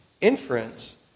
inference